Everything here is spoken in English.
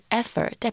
effort